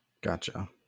Gotcha